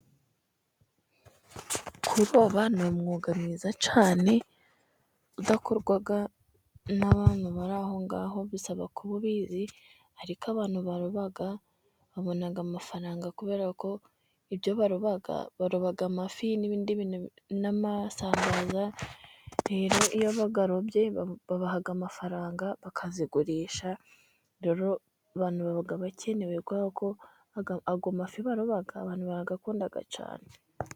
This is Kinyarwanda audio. Kuroba ni umwuga mwiza cyane udakorwa n' abantu bari aho ngaho bisaba kuba ubizi, ariko abantu baroba babona amafaranga, kubera ko ibyo baroba; baroba amafi n' ibindi n' amasamabaza iyo bayarobye babaha amafaranga, bakazigurisha rero abantu bava mu bukene(..) abantu barayakunda cyane.